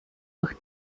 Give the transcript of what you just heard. durch